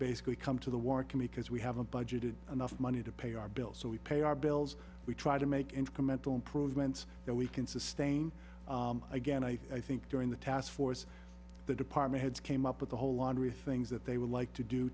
basically come to the war can because we have a budget in enough money to pay our bills so we pay our bills we try to make incremental improvements that we can sustain again i think during the task force the department heads came up with a whole laundry things that they would like to do